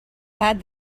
had